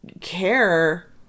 care